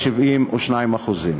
ל-72%.